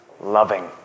Loving